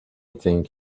think